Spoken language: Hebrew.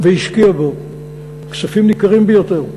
והשקיעה פה כספים ניכרים ביותר.